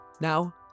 Now